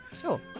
Sure